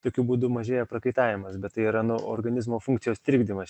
tokiu būdu mažėja prakaitavimas bet tai yra nu organizmo funkcijos trikdymas